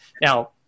Now